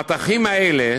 המטחים האלה